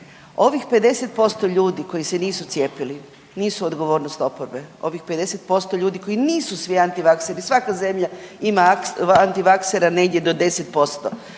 Ovih 50% ljudi koji se nisu cijepili nisu odgovornost oporbe. Ovih 50% ljudi koji nisu svi antivakseri, svaka zemlja ima antivaksera negdje do 10%.